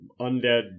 undead